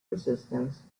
resistance